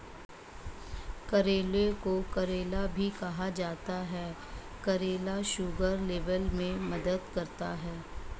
करेले को करेला भी कहा जाता है करेला शुगर लेवल में मदद करता है